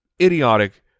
idiotic